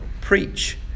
preach